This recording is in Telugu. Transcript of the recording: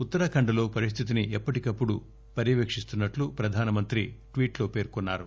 ఉత్తరాఖండ్ లో పరిస్థితిని ఎప్పటికప్పుడు పర్యవేకిస్తున్నట్లు ప్రధానమంత్రి ట్వీట్ లో పేర్కొన్నారు